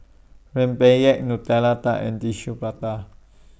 Rempeyek Nutella Tart and Tissue Prata